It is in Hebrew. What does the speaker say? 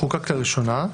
לראשונה,